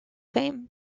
fame